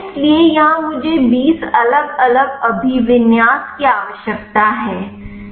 इसलिए यहां मुझे बीस अलग अलग अभिविन्यास की आवश्यकता है